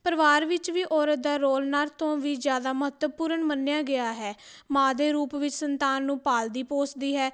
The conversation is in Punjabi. ਪਰਿਵਾਰ ਵਿੱਚ ਵੀ ਔਰਤ ਦਾ ਰੋਲ ਨਰ ਤੋਂ ਵੀ ਜ਼ਿਆਦਾ ਮਹੱਤਵਪੂਰਨ ਮੰਨਿਆ ਗਿਆ ਹੈ ਮਾਂ ਦੇ ਰੂਪ ਵਿੱਚ ਸੰਤਾਨ ਨੂੰ ਪਾਲਦੀ ਪਲੋਸਦੀ ਹੈ